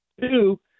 Two